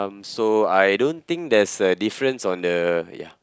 um so I don't think there's a difference on the ya